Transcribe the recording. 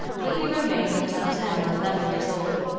where he remained until ten or eleven years old.